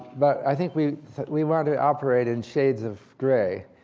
but i think we we want to operate in shades of gray.